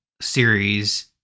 series